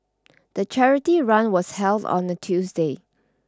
the charity run was held on a Tuesday